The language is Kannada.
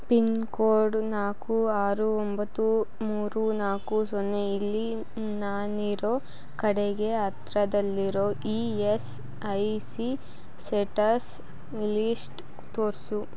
ಪಿನ್ಕೋಡ್ ನಾಲ್ಕು ಆರು ಒಂಬತ್ತು ಮೂರು ನಾಲ್ಕು ಸೊನ್ನೆ ಇಲ್ಲಿ ನಾನಿರೋ ಕಡೆಗೆ ಹತ್ರದಲ್ಲಿರೋ E S I C centres list ತೋರಿಸು